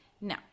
Now